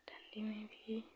ठण्डी में भी